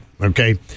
okay